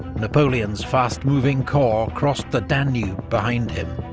napoleon's fast-moving corps crossed the danube behind him,